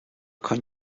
koń